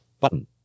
button